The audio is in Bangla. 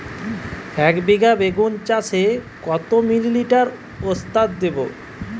একবিঘা বেগুন চাষে কত মিলি লিটার ওস্তাদ দেবো?